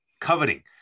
coveting